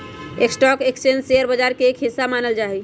stock exchange के share बाजार के एक हिस्सा मानल जा हई